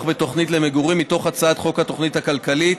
בתוכנית למגורים) מתוך הצעת חוק התוכנית הכלכלית,